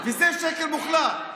זה שקר מוחלט.